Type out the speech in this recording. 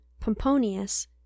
Pomponius